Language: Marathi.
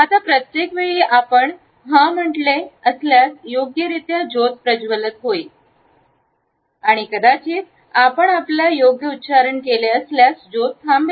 आता प्रत्येक वेळी आपण हा म्हंटले असल्यास योग्यरित्या ज्योत प्रज्वलित होईल संदर्भ घ्या स्लाइड वेळ 0823 आणि कदाचित आपण आपल्या योग्य उच्चारण केले असल्यास ज्योत थांबेल